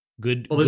Good